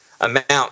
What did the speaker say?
amount